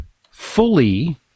fully